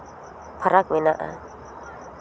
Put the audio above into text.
ᱯᱷᱟᱨᱟᱠ ᱢᱮᱱᱟᱜᱼᱟ